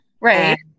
right